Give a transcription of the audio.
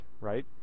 right